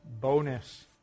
bonus